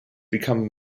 become